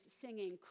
singing